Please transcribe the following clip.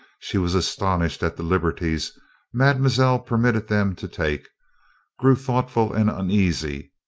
she was astonished at the liberties mademoiselle permitted them to take grew thoughtful and uneasy,